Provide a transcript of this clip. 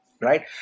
right